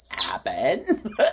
happen